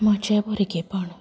म्हजें भुरगेंपण